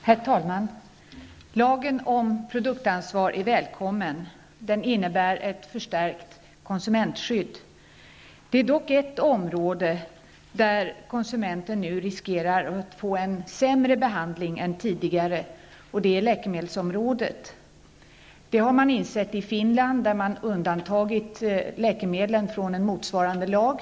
Herr talman! Lagen om produktansvar är välkommen. Den innebär ett förstärkt konsumentskydd. Det finns dock ett område, där konsumenten riskerar att nu få en sämre behandling än tidigare, nämligen läkemedelsområdet. Det har man insett i Finland, där man har undantagit läkemedlen från en motsvarande lag.